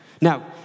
Now